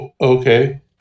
okay